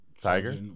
Tiger